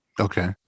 Okay